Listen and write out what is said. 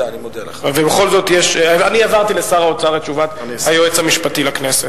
אני העברתי לשר האוצר את תשובת היועץ המשפטי לכנסת.